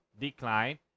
decline